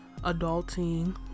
adulting